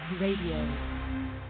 RADIO